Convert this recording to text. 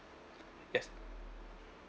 yes